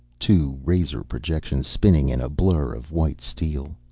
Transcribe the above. two razor projections spinning in a blur of white steel.